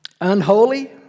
Unholy